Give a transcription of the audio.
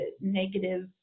negative